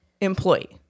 employee